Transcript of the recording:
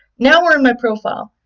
now we're in my profile.